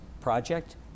project